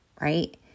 right